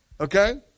Okay